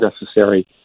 necessary